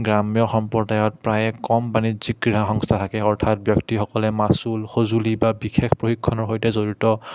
গ্ৰাম্য সম্প্ৰদায়ত প্ৰায়ে কম পানীত যি ক্ৰীড়া সংস্থা থাকে অৰ্থাৎ ব্যক্তিসকলে মাচুল সঁজুলি বা বিশেষ প্ৰশিক্ষণৰ সৈতে জড়িত